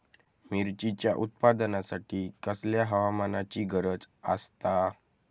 मिरचीच्या उत्पादनासाठी कसल्या हवामानाची गरज आसता?